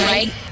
Right